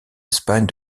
espagne